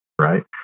right